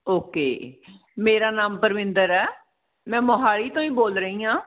okay ਮੇਰਾ ਨਾਮ ਪਰਵਿੰਦਰ ਹੈ ਮੈਂ ਮੋਹਾਲੀ ਤੋਂ ਹੀ ਬੋਲ ਰਹੀ ਹਾਂ